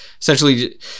essentially